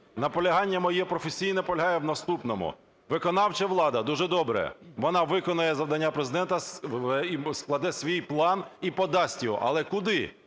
Наполягання моє професійне полягає в наступному. Виконавча влада – дуже добре. Вона виконає завдання Президента, складе свій план і подасть його. Але куди?